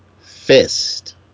Fist